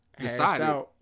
decided